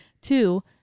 two